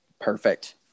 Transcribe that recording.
Perfect